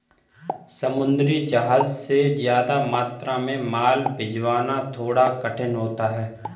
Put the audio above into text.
समुद्री जहाज से ज्यादा मात्रा में माल भिजवाना थोड़ा कठिन होता है